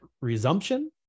resumption